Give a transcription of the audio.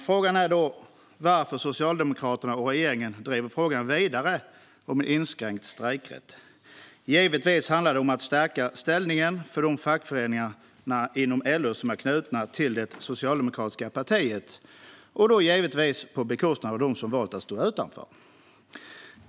Frågan är varför Socialdemokraterna och regeringen driver frågan om en inskränkt strejkrätt vidare. Givetvis handlar det om att stärka ställningen för de fackföreningar inom LO som är knutna till det socialdemokratiska partiet - och då givetvis på bekostnad av dem som valt att stå utanför.